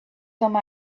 some